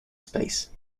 space